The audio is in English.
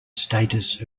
status